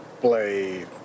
play